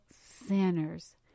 sinners